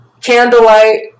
candlelight